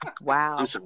Wow